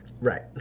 Right